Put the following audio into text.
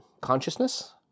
consciousness